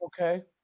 okay